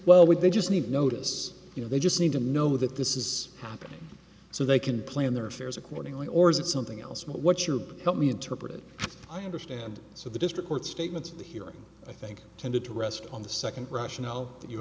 well would they just need notice you know they just need to know that this is happening so they can plan their affairs accordingly or is it something else what your help me interpret it i understand so the district court statements of the hearing i think tended to rest on the second rationale